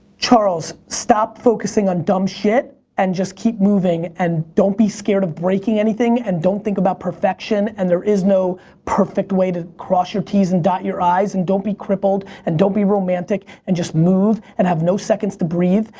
charles, stop focusing on dumb shit and just keep moving and don't be scared of breaking anything, and don't think about perfection, and there is no perfect way to cross your ts and dot your is, and don't be crippled, and don't be romantic, and just move, and have no seconds to breathe,